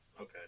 Okay